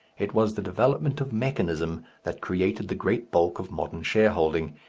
it was the development of mechanism that created the great bulk of modern shareholding,